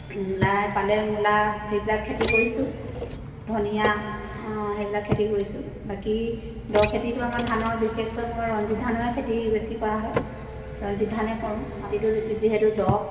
মূলাই পালেং মূলা সেইবিলাক খেতি কৰিছোঁ ধনিয়া অঁ সেইবিলাক খেতি কৰিছোঁ বাকী দ' খেতিটো আমাৰ ধানৰ বিশেষকৈ মই ৰঞ্জিত ধানৰে খেতি বেছি কৰা হয় ৰঞ্জিত ধানে কৰোঁ মাটিটো যিহেতু দ'